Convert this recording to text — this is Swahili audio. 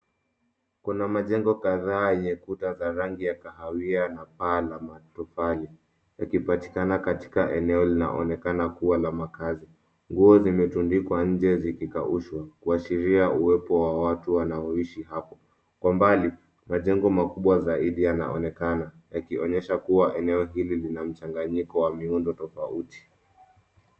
Kuna majengo kadhaa yenye kuta za rangi ya kawahia na paa la matofali yakipatikana katika eneo linaonekana la makaazi. Nguo zimetundikwa nje zikikaushwa kuashiria uwepo wa watu wanaoishi hapo. Kwa mbali majengo makubwa zaidi yanaonekana yakionyesha kuwa eneo hili lina mchanganyiko wa miundo tofauti.